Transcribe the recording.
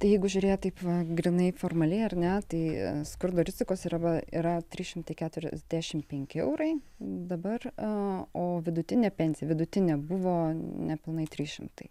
tai jeigu žiūrėti taip va grynai formaliai ar ne tai skurdo rizikos riba yra trys šimtai keturiasdešim penki eurai dabar o vidutinė pensija vidutinė buvo nepilnai trys šimtai